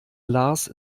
lars